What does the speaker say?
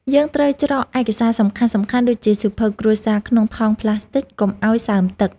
យើងត្រូវច្រកឯកសារសំខាន់ៗដូចជាសៀវភៅគ្រួសារក្នុងថង់ប្លាស្ទិកកុំឱ្យសើមទឹក។